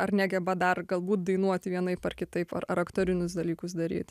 ar negeba dar galbūt dainuoti vienaip ar kitaip ar ar aktorinius dalykus daryt